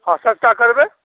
हँ सस्ता करबै